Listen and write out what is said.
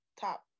top